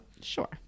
Sure